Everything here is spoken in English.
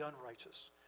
unrighteous